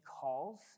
calls